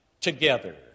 together